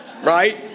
right